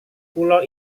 pulau